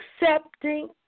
accepting